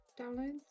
downloads